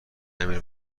امیر